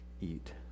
eat